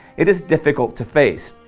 it is difficult to face.